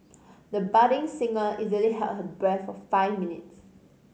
the budding singer easily held her breath for five minutes